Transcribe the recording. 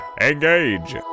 engage